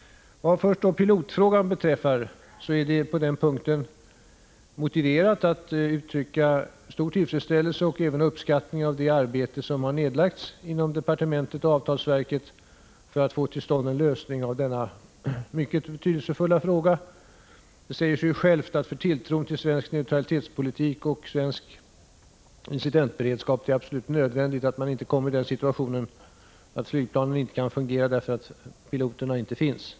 Vad pilotfrågan beträffar är det på den punkten motiverat att uttrycka stor tillfredsställelse och även uppskattning av det arbete som har lagts ned inom departementet och på avtalsverket för att få till stånd en lösning av denna mycket betydelsefulla fråga. Det säger sig självt att det för tilltron till svensk neutralitetspolitik och svensk incidentberedskap är absolut nödvändigt att inte komma i den situationen att flygplanen inte kan fungera därför att piloterna inte finns.